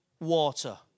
water